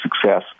success